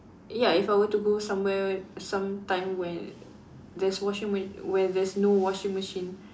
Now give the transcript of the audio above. ya if I were to go somewhere some time where there's washing ma~ where there's no washing machine